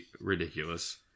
ridiculous